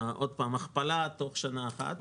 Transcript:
הכפלה תוך שנה אחת.